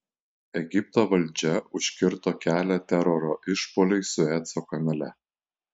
egipto valdžia užkirto kelią teroro išpuoliui sueco kanale